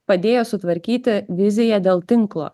padėjo sutvarkyti viziją dėl tinklo